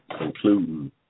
including